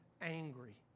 angry